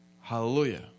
Hallelujah